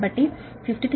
కాబట్టి 53